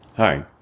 Hi